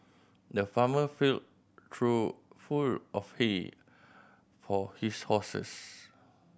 the farmer filled trough full of hay for his horses